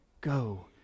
Go